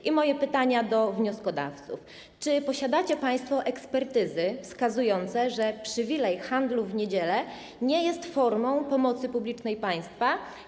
I moje pytanie do wnioskodawców: Czy posiadacie państwo ekspertyzy wskazujące, że przywilej handlu w niedzielę nie jest formą pomocy publicznej państwa?